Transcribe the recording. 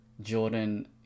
Jordan